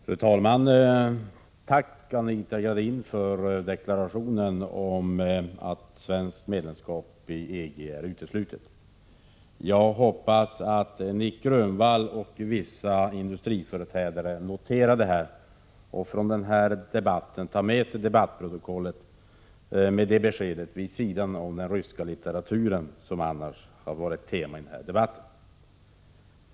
Fru talman! Tack, Anita Gradin, för deklarationen om att svenskt medlemskap i EG är uteslutet. Jag hoppas att Nic Grönvall och vissa industriföreträdare noterat detta och från den här debatten tar med sig debattprotokollet med detta besked, vid sidan om referat ur den ryska litteraturen, som annars varit temat i denna debatt.